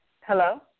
Hello